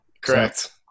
Correct